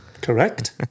correct